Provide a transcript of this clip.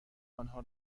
آنها